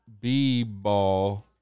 B-Ball